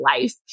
life